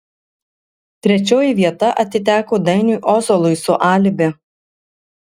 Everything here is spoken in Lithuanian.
trečioji vieta atiteko dainiui ozolui su alibi